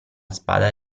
spada